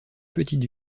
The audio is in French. petite